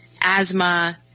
asthma